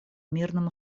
мирным